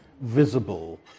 visible